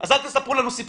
אז אל תספרו לנו סיפורים.